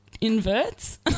inverts